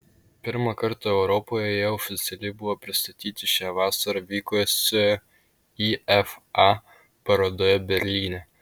pirmą kartą europoje jie oficialiai buvo pristatyti šią vasarą vykusioje ifa parodoje berlyne